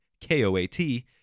KOAT